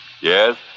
Yes